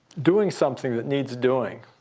doing something that needs doing